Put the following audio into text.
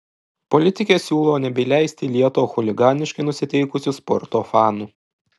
politikė siūlo nebeįleisti į lietuvą chuliganiškai nusiteikusių sporto fanų